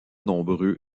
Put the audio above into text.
nombreux